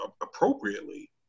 appropriately